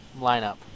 lineup